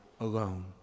alone